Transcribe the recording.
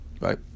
right